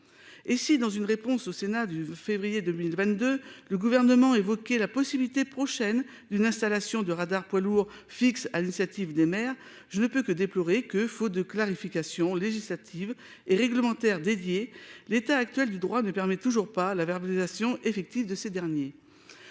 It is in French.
Et si dans une réponse au Sénat du 2 février 2022. Le gouvernement évoqué la possibilité prochaine d'une installation de radars poids lourds fixe à l'initiative des maires. Je ne peux que déplorer que faute de clarification législative et réglementaire dédié l'état actuel du droit ne permet toujours pas la verbalisation effective de ces derniers